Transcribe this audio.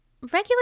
regular